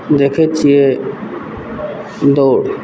देखैत छियै दौड़